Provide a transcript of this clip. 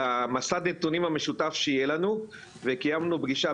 במסד נתונים המשותף שיהיה לנו וקיימנו פגישה,